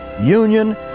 union